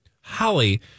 Holly